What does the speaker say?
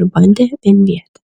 ir bandė vienvietę